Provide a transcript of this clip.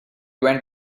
went